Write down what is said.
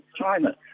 China